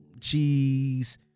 cheese